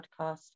podcast